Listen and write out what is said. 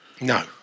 No